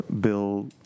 Bill